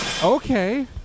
Okay